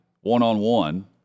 one-on-one